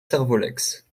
servolex